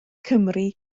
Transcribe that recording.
cymru